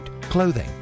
clothing